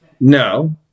No